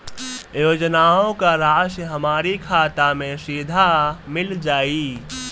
योजनाओं का राशि हमारी खाता मे सीधा मिल जाई?